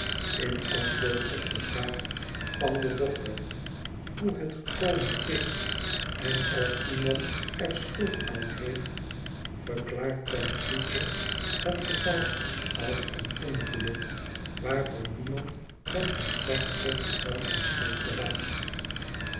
in antwoord op de vraag van den dokter hoe het gekomen is en of iemand er schuld aan heeft verklaart tom tootle het geval als een ongeluk waarvan niemand dan het slachtoffer zelfde schuld draagt